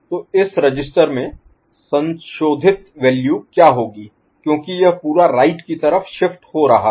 तो इस रजिस्टर में संशोधित वैल्यू क्या होगी क्योंकि यह पूरा राइट की तरफ शिफ्ट हो रहा है